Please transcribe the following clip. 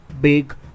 big